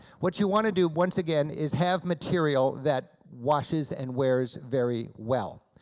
what you want to do, once again, is have material that washes and wears very well.